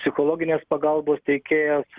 psichologinės pagalbos teikėjas